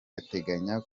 ateganya